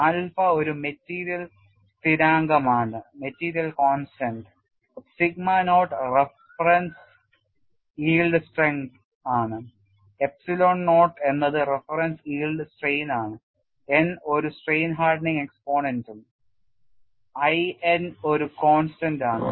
alpha ഒരു material സ്ഥിരാങ്കമാണ് sigma naught reference yield strength ആണ് epsilon naught എന്നത് റഫറൻസ് യിൽഡ് സ്ട്രെയിൻ ആണ് n ഒരു സ്ട്രെയിൻ ഹാർഡനിങ് എക്സ്പോണന്റും I n ഒരു constant ആണ്